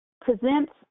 presents